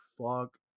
fuck